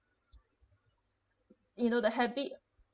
you know the habit